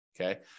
Okay